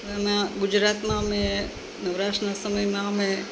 અમે ગુજરાતમાં અમે નવરાશના સમયમાં અમે